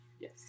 Yes